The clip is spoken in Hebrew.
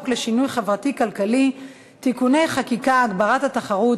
לשינוי חברתי-כלכלי (תיקוני חקיקה) (הגברת התחרות),